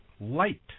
light